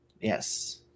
Yes